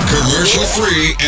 Commercial-free